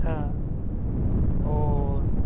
हाँ और